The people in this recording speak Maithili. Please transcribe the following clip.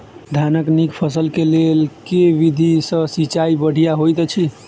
धानक नीक फसल केँ लेल केँ विधि सँ सिंचाई बढ़िया होइत अछि?